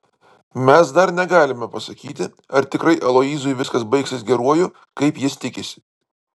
mes dar negalime pasakyti ar tikrai aloyzui viskas baigsis geruoju kaip jis tikisi